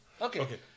Okay